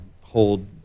hold